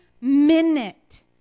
minute